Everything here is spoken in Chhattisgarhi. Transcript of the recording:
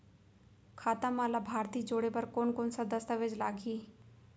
खाता म लाभार्थी जोड़े बर कोन कोन स दस्तावेज लागही?